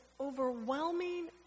overwhelming